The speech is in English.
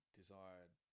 desired